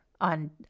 on